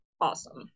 Awesome